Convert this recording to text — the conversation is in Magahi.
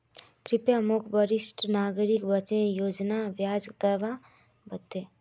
कृप्या मोक वरिष्ठ नागरिक बचत योज्नार ब्याज दर बता